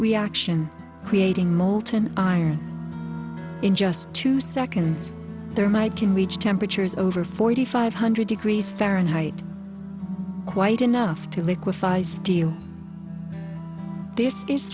reaction creating molten iron in just two seconds there might can reach temperatures over forty five hundred degrees fahrenheit quite enough to liquify steel this is